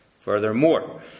Furthermore